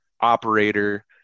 operator